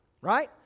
Right